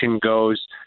goes